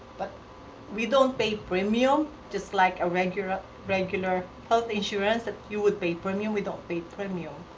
but we don't pay premium just like a regular ah regular health insurance that you would pay premium. we don't pay premium.